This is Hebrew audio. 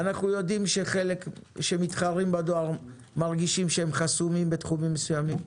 אנחנו יודעים שמתחרים בדואר מרגישים שהם חסומים בתחומים מסוימים,